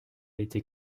été